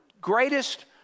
greatest